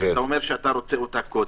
אתה אומר שאתה רוצה אותה קודם.